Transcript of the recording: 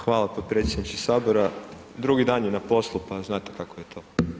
Hvala potpredsjedniče sabora, drugi dan je na poslu, pa znate kako je to.